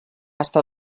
estar